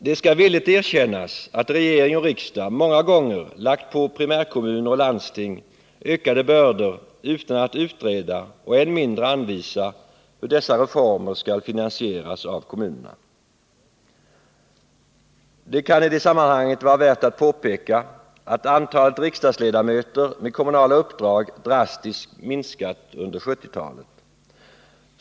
Det skall villigt erkännas att regering och riksdag många gånger lagt på primärkommuner och landsting ökade bördor utan att utreda och än mindre anvisa hur dessa reformer skall finansieras av kommunerna. Det kan i det sammanhanget vara värt att påpeka att antalet riksdagsledamöter med kommunala uppdrag drastiskt minskat under 1970-talet.